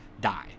die